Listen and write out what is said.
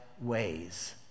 ways